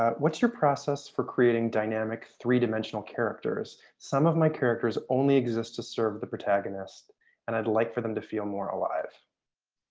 um what's your process for creating dynamic three-dimensional characters? some of my characters only exist to serve the protagonist and i'd like for them to feel more alive.